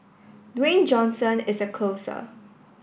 Dwayne Johnson is a closer